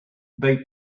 they